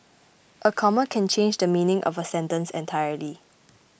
a comma can change the meaning of a sentence entirely